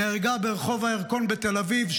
נהרגה ברחוב הירקון בתל אביב,